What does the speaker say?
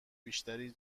بیشتری